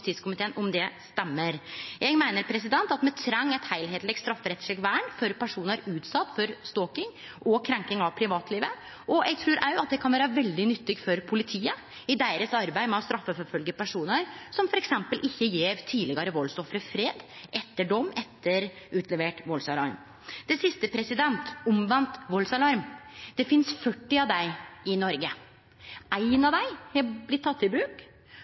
om det stemmer. Eg meiner at me treng eit heilskapleg strafferettsleg vern for personar utsette for stalking og krenking av privatlivet, og eg trur òg at det kan vere veldig nyttig for politiet i deira arbeid med å straffeforfylgje personar som f.eks. ikkje gjev tidlegare voldsoffer fred, etter dom, etter utlevert valdsalarm. Til det siste – omvend valdsalarm: Det finst 40 av dei i Noreg. Éin av dei har blitt teken i bruk,